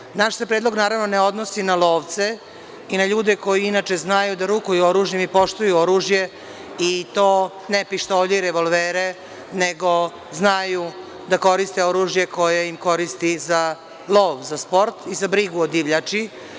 Naravno, naš se predlog ne odnosi na lovce i na ljude koji inače znaju da rukuju oružjem i poštuju oružje, i to ne pištolje i revolvere, nego znaju da koriste oružje koje im koristi za lov, za sport i za brigu o divljači.